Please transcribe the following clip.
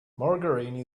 margarine